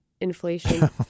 Inflation